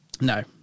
No